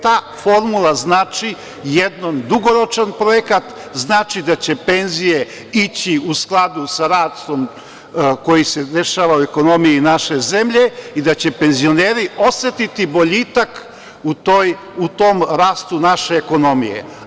Ta formula znači jedan dugoročan projekat, znači da će penzije ići u skladu sa rastom koji se dešava u ekonomiji naše zemlje i da će penzioneri osetiti boljitak u tom rastu naše ekonomije.